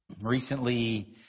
Recently